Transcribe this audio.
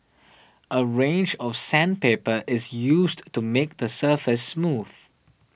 a range of sandpaper is used to make the surface smooth